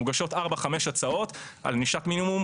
מוגשות ארבע-חמש הצעות על ענישת מינימום